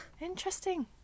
Interesting